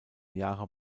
jahre